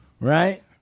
Right